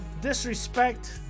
disrespect